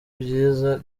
byiza